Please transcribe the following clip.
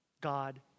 God